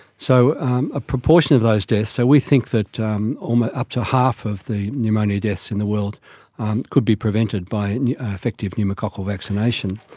so a proportion of those deaths, so we think that um um ah up to half of the pneumonia deaths in the world could be prevented by and effective pneumococcal vaccination,